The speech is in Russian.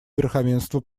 верховенства